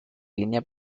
línea